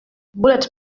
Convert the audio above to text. bolets